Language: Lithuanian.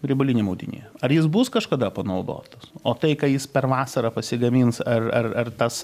riebaliniam audinyje ar jis bus kažkada panaudotos o tai ką jis per vasarą pasigamins ar ar ar tas